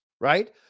right